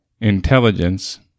Intelligence